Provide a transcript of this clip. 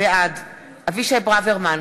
בעד אבישי ברוורמן,